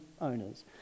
owners